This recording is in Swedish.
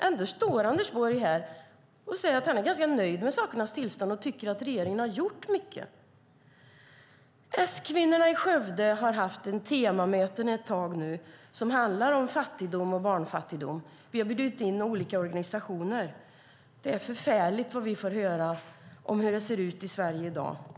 Ändå står Anders Borg här och säger att han är ganska nöjd med sakernas tillstånd och tycker att regeringen har gjort mycket. S-kvinnorna i Skövde har ett tag haft temamöten som handlar om fattigdom och barnfattigdom. Vi har bjudit in olika organisationer. Det vi får höra om hur det ser ut i Sverige i dag är förfärligt.